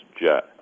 jet